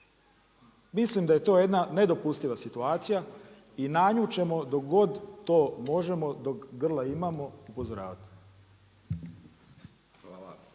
Mislim da je to jedna nedopustiva situacija i na nju ćemo dok god to možemo, dok grla imamo upozoravati. **Hajdaš